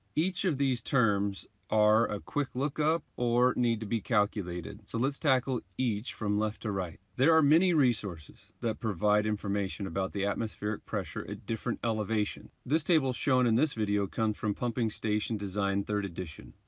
each of these terms are a quick lookup or need to be calculated, so let's tackle each from left to right. there are many resources that provide information about the atmospheric pressure at different elevations. this table shown in this video come from pumping station design, third edition.